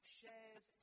shares